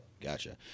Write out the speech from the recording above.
Gotcha